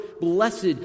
blessed